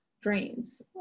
drains